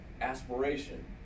aspiration